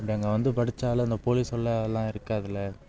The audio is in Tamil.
அப்படி அங்கே வந்து படித்தாலும் அந்த போலீஸ் தொல்லை அதலாம் இருக்காதுல்ல